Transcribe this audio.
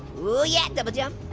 oh yeah, double jump!